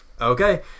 Okay